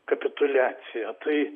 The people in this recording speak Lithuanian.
kapituliacija tai